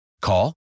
Call